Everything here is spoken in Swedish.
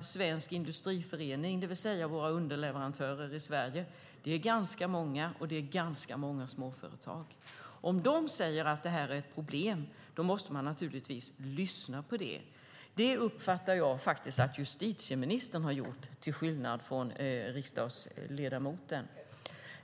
Svensk Industriförening, det vill säga våra underleverantörer i Sverige, är ganska många, och det är ganska många småföretag. Om de säger att detta är ett problem måste man naturligtvis lyssna på det. Det uppfattar jag faktiskt att justitieministern har gjort, till skillnad från riksdagsledamoten.